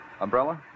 Umbrella